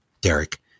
Derek